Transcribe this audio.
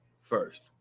first